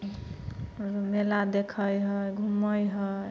ओहिमे मेला देखै है घूमै है